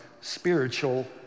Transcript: spiritual